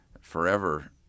forever